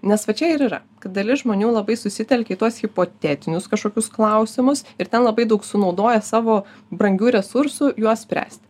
nes va čia ir yra kad dalis žmonių labai susitelkia į tuos hipotetinius kažkokius klausimus ir ten labai daug sunaudoja savo brangių resursų juos spręsti